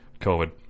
COVID